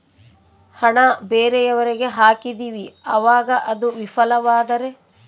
ಹಣ ಬೇರೆಯವರಿಗೆ ಹಾಕಿದಿವಿ ಅವಾಗ ಅದು ವಿಫಲವಾದರೆ?